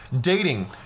Dating